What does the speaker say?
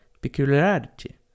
peculiarity –